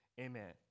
Amen